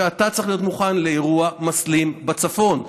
כשאתה מוכן לאירוע מסלים בצפון,